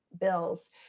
bills